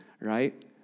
right